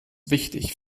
wichtig